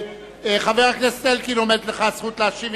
חבר הכנסת אלקין, עומדת לך הזכות להשיב.